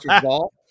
Ball